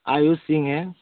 आयुष सिंह है